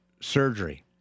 surgery